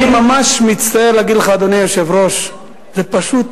אני ממש מצטער להגיד לך, אדוני היושב-ראש: זה פשוט